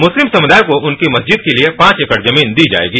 मुस्तिम समुदाय को उनकी मजिस्द के लिए पांच एकड़ जमीन दी जाएगी